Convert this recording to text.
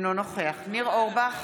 אינו נוכח ניר אורבך,